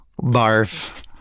barf